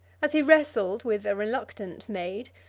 as he wrestled with a reluctant maid,